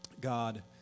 God